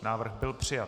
Návrh byl přijat.